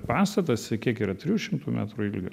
pastatas kiek yra trijų šimtų metrų ilgio